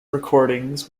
recordings